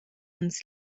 uns